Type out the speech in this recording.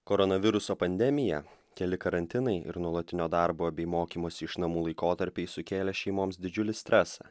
koronaviruso pandemija keli karantinai ir nuolatinio darbo bei mokymosi iš namų laikotarpiai sukėlė šeimoms didžiulį stresą